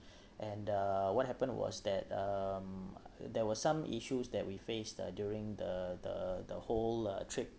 and uh what happened was that um there were some issues that we faced uh during the the the whole uh trip